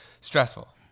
stressful